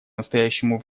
настоящему